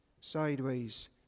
sideways